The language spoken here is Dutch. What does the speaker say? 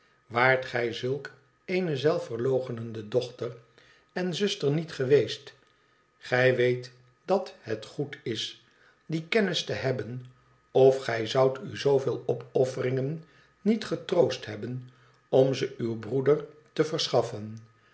waart gij zulk eene zelfverloochenende dochter en zuster niet geweest gij weet dat het goed is die kennis te hebben of gij zoudt u zooveel opofferingen niet getroost hebben om ze uw broeder te verschaffen